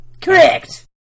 Correct